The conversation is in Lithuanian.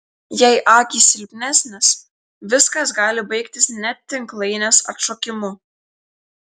jei akys silpnesnės viskas gali baigtis net tinklainės atšokimu